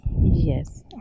Yes